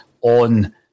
on